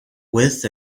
with